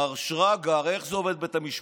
מר שרגא, הרי איך זה עובד, בית המשפט?